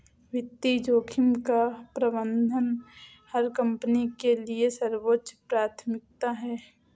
वित्तीय जोखिम का प्रबंधन हर कंपनी के लिए सर्वोच्च प्राथमिकता है